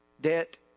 debt